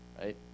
right